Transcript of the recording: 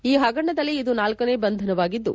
ಈ ಹಗರಣದಲ್ಲಿ ಇದು ನಾಲ್ಕನೇ ಬಂಧನವಾಗಿದ್ದು